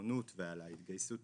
הנכונות ועל ההתגייסות